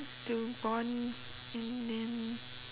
to bond and then